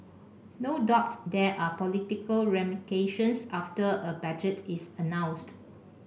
no doubt there are political ramifications after a budget is announced